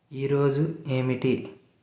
ఈరోజు ఏమిటి